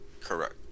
Correct